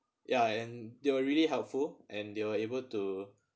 ya and they were really helpful and they were able to